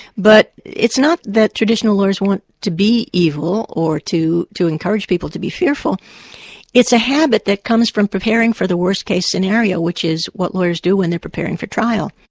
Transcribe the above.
but it's not that traditional lawyers want to be evil, or to to encourage people to be fearful it's a habit that comes from preparing for the worst case scenario, which is what lawyers do when they're preparing for trial.